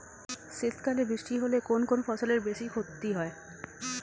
শীত কালে বৃষ্টি হলে কোন কোন ফসলের বেশি ক্ষতি হয়?